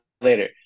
later